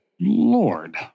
Lord